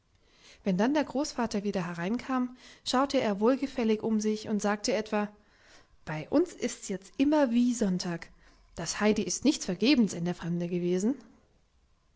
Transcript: wenn dann der großvater wieder hereinkam schaute er wohlgefällig um sich und sagte etwa bei uns ist's jetzt immer wie sonntag das heidi ist nicht vergebens in der fremde gewesen